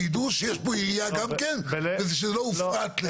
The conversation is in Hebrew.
שיידעו שיש פה גם עירייה ושזה לא הופרט.